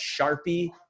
Sharpie